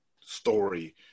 story